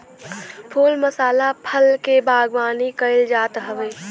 फूल मसाला फल के बागवानी कईल जात हवे